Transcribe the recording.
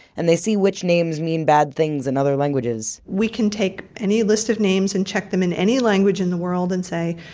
and they see which names mean bad things in and other languages we can take any list of names and check them in any language in the world and say,